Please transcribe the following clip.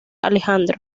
alejandro